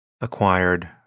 acquired